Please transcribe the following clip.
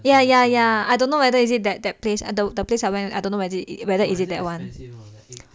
ya ya ya ya I don't know whether is it that that place the place I went I don't know whether whether is it that one